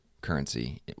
currency